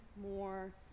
more